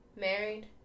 married